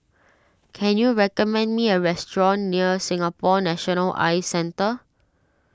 can you recommend me a restaurant near Singapore National Eye Centre